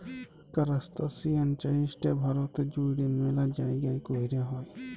কারাস্তাসিয়ান চাইশটা ভারতে জুইড়ে ম্যালা জাইগাই কৈরা হই